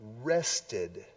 rested